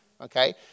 Okay